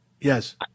Yes